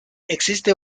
existe